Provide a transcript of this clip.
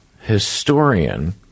historian